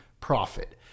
profit